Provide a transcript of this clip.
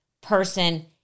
person